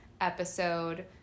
episode